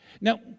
Now